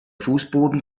fußboden